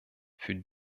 für